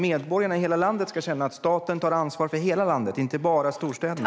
Medborgarna i hela landet ska känna att staten tar ansvar för hela landet, inte bara för storstäderna.